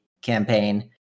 campaign